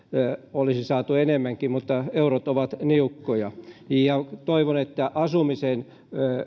olisi saatu enemmänkin mutta eurot ovat niukkoja toivon että asumisen